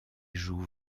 joues